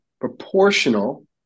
proportional